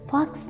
Fox